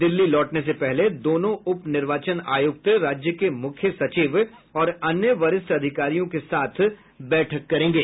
दिल्ली लौटने से पहले दोनों उप निर्वाचन आयुक्त राज्य के मुख्य सचिव और अन्य वरिष्ठ अधिकारियों के साथ ही बैठक करेंगे